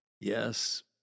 Yes